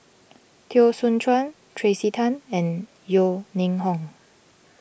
Teo Soon Chuan Tracey Tan and Yeo Ning Hong